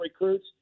recruits